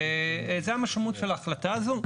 זה המשמעות של ההחלטה הזו.